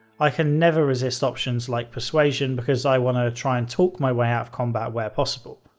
i can never resist options like persuasion because i want to try and talk my way out of combat where possible.